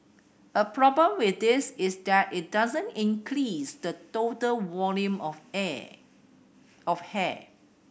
a problem with this is that it doesn't increase the total volume of of hair